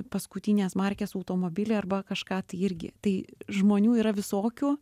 paskutinės markės automobilį arba kažką tai irgi tai žmonių yra visokių